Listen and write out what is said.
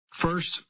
First